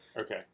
Okay